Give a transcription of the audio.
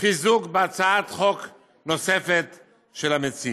חיזוק בהצעת חוק נוספת של המציעים.